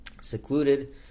secluded